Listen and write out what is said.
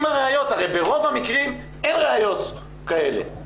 הרי ברוב המקרים אין ראיות כאלה,